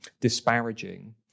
disparaging